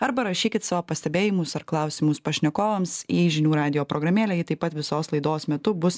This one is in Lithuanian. arba rašykit savo pastebėjimus ar klausimus pašnekovams į žinių radijo programėlę ji taip pat visos laidos metu bus